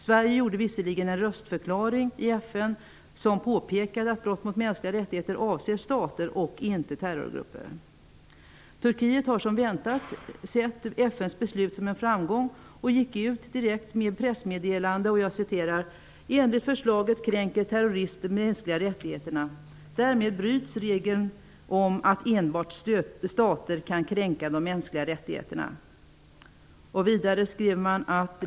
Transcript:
Sverige avgav visserligen en röstförklaring i FN, vari påpekades att brott mot mänskliga rättigheter avser stater och inte terrorgrupper. Turkiet såg som väntat FN:s beslut såsom en framgång och gick direkt ut med ett pressmeddelande, vari man bl.a. framhöll följande: Enligt förslaget kränker terrorister de mänskliga rättigheterna. Därmed bryts regeln om att enbart stater kan kränka de mänskliga rättigheterna.